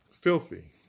filthy